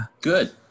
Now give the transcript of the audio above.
Good